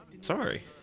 Sorry